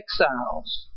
Exiles